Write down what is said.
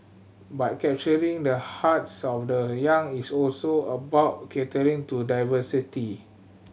but capturing the hearts of the young is also about catering to diversity